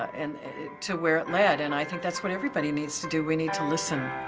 and to where it led. and i think that's what everybody needs to do. we need to listen.